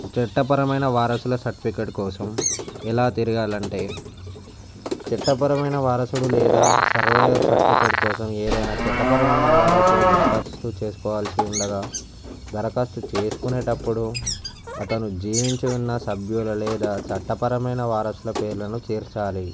చట్టపరమైన వారసుల సర్టిఫికేట్ కోసం ఎలా తిరగాలంటే చట్టపరమైన వారసుడు లేదా సర్వైవర్ సర్టిఫికెట్ కోసం ఏదైనా చట్టపరమైన వారసుడు దరఖాస్తు చేసుకోవలసి ఉండగా దరఖాస్తు చేసుకునేటప్పుడు అతను జీవించి ఉన్న సభ్యుడు లేదా చట్టపరమైన వారసుల పేర్లను చేర్చాలి